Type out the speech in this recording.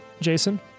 Jason